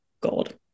gold